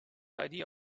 idea